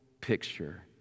picture